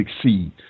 succeed